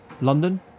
London